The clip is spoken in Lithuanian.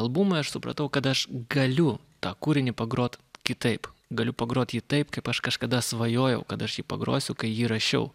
albumui aš supratau kad aš galiu tą kūrinį pagrot kitaip galiu pagrot jį taip kaip aš kažkada svajojau kad aš jį pagrosiu kai jį rašiau